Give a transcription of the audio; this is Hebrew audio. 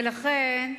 ולכן,